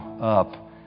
up